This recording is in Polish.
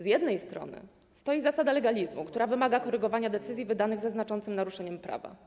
Z jednej strony stoi zasada legalizmu, która wymaga korygowania decyzji wydanych ze znaczącym naruszeniem prawa.